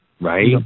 right